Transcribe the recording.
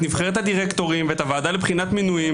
נבחרת הדירקטורים ואת הוועדה לבחינת מינויים.